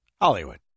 Hollywood